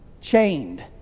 chained